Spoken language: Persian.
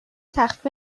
تخفیف